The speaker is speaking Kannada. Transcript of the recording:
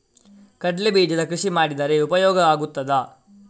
ಕಡ್ಲೆ ಬೀಜದ ಕೃಷಿ ಮಾಡಿದರೆ ಉಪಯೋಗ ಆಗುತ್ತದಾ?